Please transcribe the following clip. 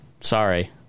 sorry